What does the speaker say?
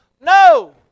No